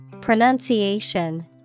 Pronunciation